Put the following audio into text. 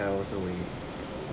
so we